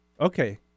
okay